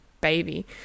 baby